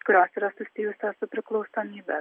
kurios yra susijusios su priklausomybe